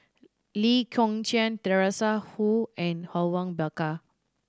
Lee Kong Chian Teresa Hsu and Awang Bakar